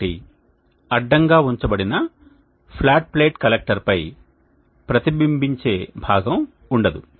కాబట్టి అడ్డంగా ఉంచబడిన ఫ్లాట్ ప్లేట్ కలెక్టర్పై ప్రతిబింబించే భాగం ఉండదు